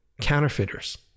counterfeiters